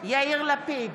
יאיר לפיד,